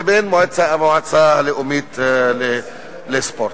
לבין המועצה הלאומית לספורט.